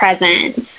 presents